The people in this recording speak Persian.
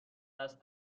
دست